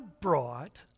brought